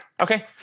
Okay